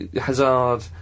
Hazard